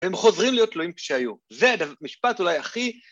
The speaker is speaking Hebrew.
‫הם חוזרים להיות תלויים כשהיו. ‫זה המשפט, אולי, הכי...